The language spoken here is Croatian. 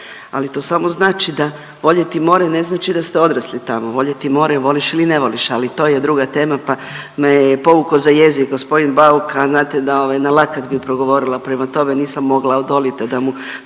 ali to samo znači da voljeti more ne znači da ste odrasli tamo. Voljeti more, voliš ili ne voliš, ali to je druga tema pa me je povukao za jezik g. Bauk, a znate da ovaj, na lakat bi progovorila, prema tome, nisam mogla odolit, a da mu